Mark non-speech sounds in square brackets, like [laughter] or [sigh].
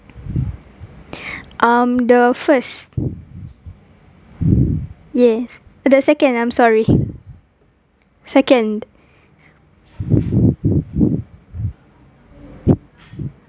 [breath] um the first yes the second I'm sorry second